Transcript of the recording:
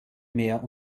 mehr